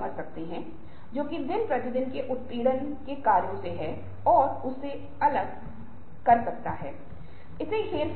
जिसके परिणामस्वरूप हम जिन भावनात्मक दक्षताओं का उल्लेख करते हैं आपके पास